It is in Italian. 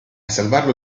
salvarlo